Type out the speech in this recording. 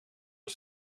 het